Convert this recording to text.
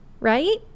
Right